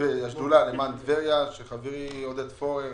בשדולה למען טבריה שחברי עודד פורר